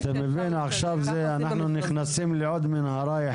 עכשיו אנחנו נכנסים לעוד מנהרה.